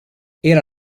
era